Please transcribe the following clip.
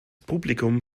publikum